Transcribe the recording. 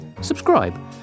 subscribe